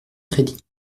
crédit